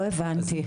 לא הבנתי.